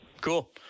Cool